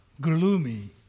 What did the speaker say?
gloomy